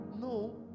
No